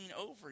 over